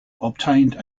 obtained